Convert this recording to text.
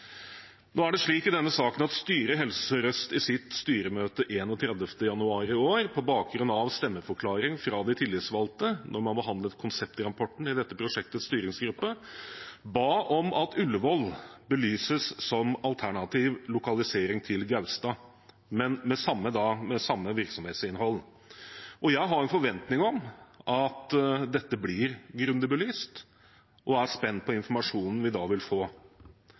Nå er det slik i denne saken at styret i Helse Sør-Øst i sitt styremøte 31. januar i år, på bakgrunn av stemmeforklaring fra de tillitsvalgte da man behandlet konseptrapporten i dette prosjektets styringsgruppe, ba om at Ullevål belyses som alternativ lokalisering til Gaustad, men med samme virksomhetsinnhold. Jeg har en forventning om at dette blir grundig belyst og er spent på informasjonen vi da vil få.